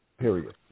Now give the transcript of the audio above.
period